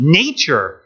nature